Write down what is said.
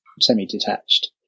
semi-detached